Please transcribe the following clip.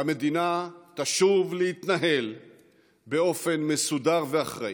והמדינה תשוב להתנהל באופן מסודר ואחראי.